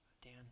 Dan